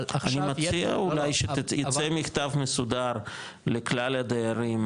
אבל --- אני מציע אולי שייצא מכתב מסודר לכלל הדיירים,